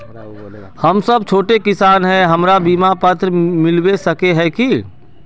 हम सब छोटो किसान है हमरा बिमा पात्र मिलबे सके है की?